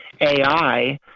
AI